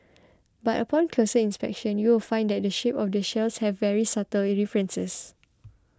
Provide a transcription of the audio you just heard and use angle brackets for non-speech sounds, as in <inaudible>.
but upon closer inspection you will find that the shape of the shells have very subtle <unintelligible> differences